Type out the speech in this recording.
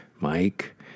Mike